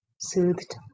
soothed